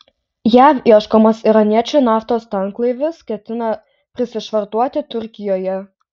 jav ieškomas iraniečių naftos tanklaivis ketina prisišvartuoti turkijoje